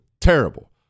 Terrible